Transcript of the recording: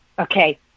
Okay